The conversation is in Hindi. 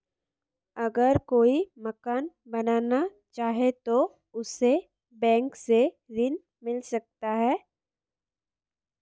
अगर कोई मकान बनाना चाहे तो उसे बैंक से ऋण मिल सकता है?